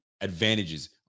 advantages